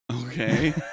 Okay